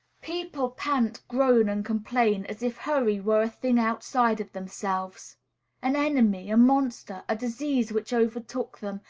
people pant, groan, and complain as if hurry were a thing outside of themselves an enemy, a monster, a disease which overtook them,